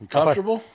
Comfortable